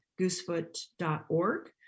goosefoot.org